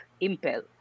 Impel